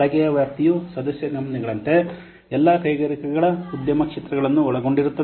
ಬಳಕೆಯ ವ್ಯಾಪ್ತಿಯು ಸದಸ್ಯ ಕಂಪನಿಗಳಂತೆ ಎಲ್ಲಾ ಕೈಗಾರಿಕೆಗಳ ಉದ್ಯಮ ಕ್ಷೇತ್ರಗಳನ್ನು ಒಳಗೊಂಡಿರುತ್ತದೆ